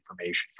information